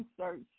research